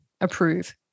approve